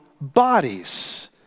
bodies